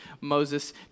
Moses